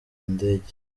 ndege